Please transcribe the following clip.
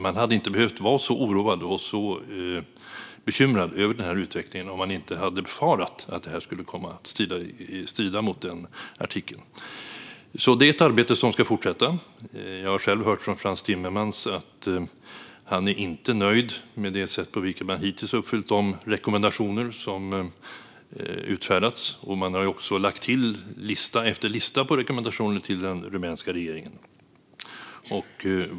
Man hade inte behövt vara så oroad och bekymrad över utvecklingen om man inte hade befarat att det skulle komma att strida mot den artikeln. Det är ett arbete som ska fortsätta. Jag har själv hört från Frans Timmermans att han inte är nöjd med det sätt på vilket den rumänska regeringen hittills har uppfyllt de rekommendationer som utfärdats. Man har också lagt till lista efter lista med rekommendationer till den rumänska regeringen.